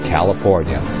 California